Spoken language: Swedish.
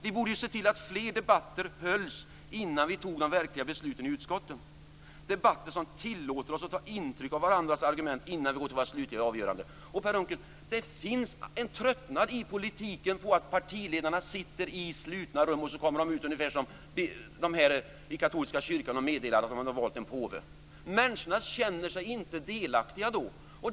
Vi borde se till att fler debatter hölls innan vi fattar de verkliga besluten i utskotten, debatter som tillåter oss att ta intryck av varandras argument innan vi går till våra slutliga avgöranden. Per Unckel, man har i politiken tröttnat på att partiledarna sitter i slutna rum och kommer ut ungefär som när man i katolska kyrkan meddelar att man har valt en påve. Människorna känner sig inte delaktiga då.